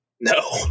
No